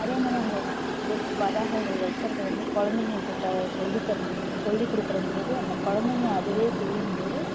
அதேமாதிரி அந்த இது பதாகைகள் வைக்கிறது வந்து குழந்தைங்கள்கிட்ட சொல்லி தரணும் சொல்லிக்கொடுக்கறம்போது அந்த குழந்தைங்க அதுவே செய்யும்போது